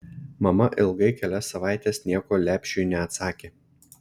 mama ilgai kelias savaites nieko lepšiui neatsakė